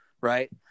right